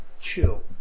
Chill